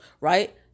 right